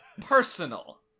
personal